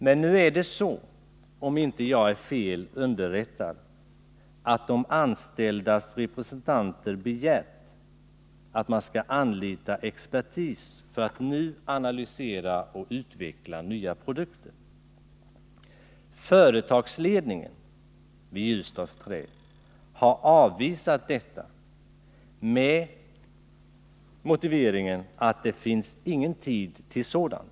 Men om jag inte är fel underrättad har de anställdas representanter begärt att man skall anlita expertis för att nu analysera produktionen och utveckla nya produkter. Företagsledningen i Ljusdals Trä har avvisat detta med motiveringen att det inte finns någon tid till sådant.